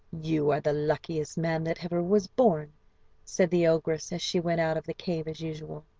you are the luckiest man that ever was born said the ogress as she went out of the cave as usual.